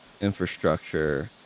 infrastructure